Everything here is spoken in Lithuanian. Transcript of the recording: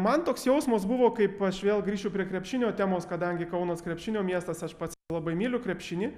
man toks jausmas buvo kaip aš vėl grįšiu prie krepšinio temos kadangi kaunas krepšinio miestas aš pats labai myliu krepšinį